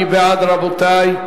מי בעד, רבותי?